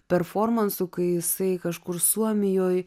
performansu kai jisai kažkur suomijoj